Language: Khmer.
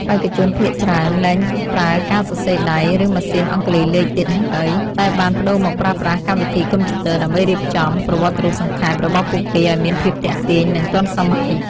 បេក្ខជនភាគច្រើនលែងប្រើការសរសេរដៃ ឬម៉ាស៊ីនអង្គុលីលេខទៀតហើយ តែបានប្ដូរមកប្រើប្រាស់កម្មវិធីកុំព្យូទ័រ ដើម្បីរៀបចំ ប្រវត្តិរូបសង្ខេប របស់ពួកគេឲ្យមានភាពទាក់ទាញ និងទាន់សម័យ។